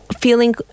feeling